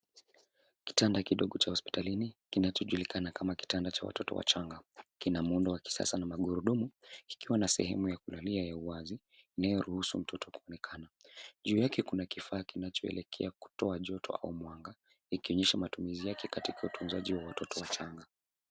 Kitanda kidogo cha hospitalini kinachojulikana kama kitanda cha watoto wachanga kina muundo wa kisasa la magurudumu kikiwa na sehemu ya kulalia ya uwazi inayoruhusu mtoto kuonekana. Juu yake kuna kifaa kinachoelekea kutoa joto au mwanga ikionyesha matumizi yake katika utunzaji wa watoto wachanga.